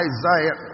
Isaiah